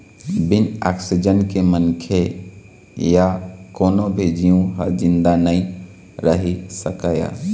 बिन ऑक्सीजन के मनखे य कोनो भी जींव ह जिंदा नइ रहि सकय